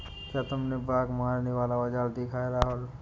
क्या तुमने बाघ मारने वाला औजार देखा है राहुल?